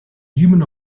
human